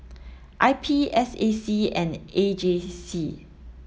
I P S A C and A G C